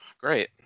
Great